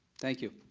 thank you.